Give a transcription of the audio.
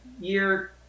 year